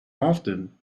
often